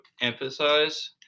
emphasize